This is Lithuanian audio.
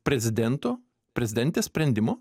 prezidento prezidentės sprendimo